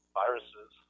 viruses